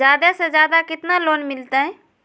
जादे से जादे कितना लोन मिलते?